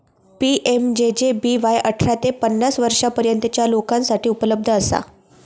PMJJBY अठरा ते पन्नास वर्षांपर्यंतच्या लोकांसाठी उपलब्ध असा